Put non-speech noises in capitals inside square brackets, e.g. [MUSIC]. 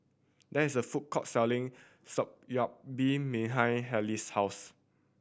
there is a food court selling [UNINTELLIGIBLE] been behind Halley's house